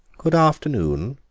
good afternoon.